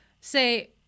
say